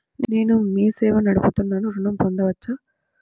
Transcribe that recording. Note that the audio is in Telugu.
నేను మీ సేవా నడుపుతున్నాను ఋణం పొందవచ్చా?